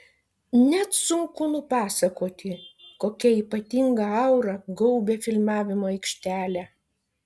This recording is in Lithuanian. net sunku nupasakoti kokia ypatinga aura gaubia filmavimo aikštelę